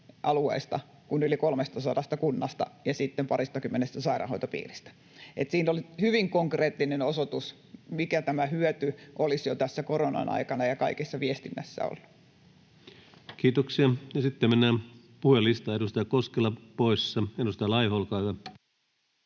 alueesta kuin yli 300 kunnasta ja sitten paristakymmenestä sairaanhoitopiiristä. Siinä on hyvin konkreettinen osoitus, mikä tämä hyöty olisi jo tässä koronan aikana ja kaikessa viestinnässä ollut. Kiitoksia. — Ja sitten mennään puhujalistaan. Edustaja Koskela, poissa. — Edustaja Laiho, olkaa hyvä.